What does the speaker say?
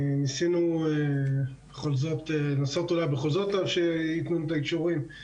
ניסינו בכל זאת לנסות אולי בכל זאת שייתנו לנו את האישורים,